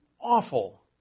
awful